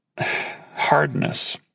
hardness